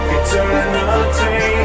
eternity